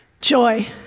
joy